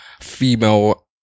Female